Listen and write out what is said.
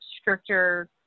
stricter